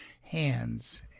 hands